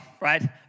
right